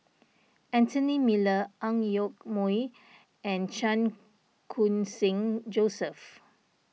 Anthony Miller Ang Yoke Mooi and Chan Khun Sing Joseph